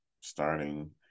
starting